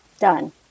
done